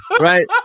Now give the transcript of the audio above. Right